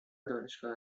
دانشگاه